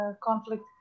conflict